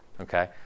okay